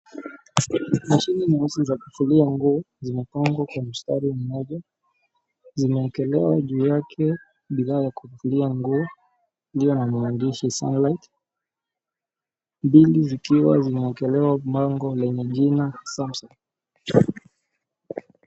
Mashini nyeusi za kufulia nguo zimepangwa kwa mstari mmoja. Zimeekelewa juu yake bidhaa za kufulia nguo iliyo na maandishi sunlight mbili zikiwa zimeekelewa bango yenye jina sunlight.